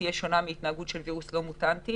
תהיה שונה מהתנהגות של וירוס לא מוטנטי